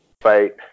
fight